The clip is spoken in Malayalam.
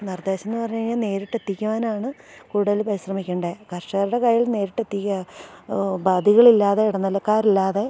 നിർദ്ദേശമെന്നു പറഞ്ഞു കഴിഞ്ഞാൽ നേരിട്ടെത്തിക്കുവാനാണ് കൂടുതൽ പരിശ്രമിക്കേണ്ടത് കർഷകരുടെ കയ്യിൽ നേരിട്ടെത്തിക്കുക ബാധ്യതകളില്ലാതെ ഇടനിലക്കാരില്ലാതെ